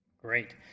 Great